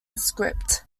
script